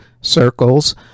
Circles